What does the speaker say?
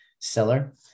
seller